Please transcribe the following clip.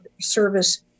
service